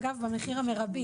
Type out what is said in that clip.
אגב, במחיר המירבי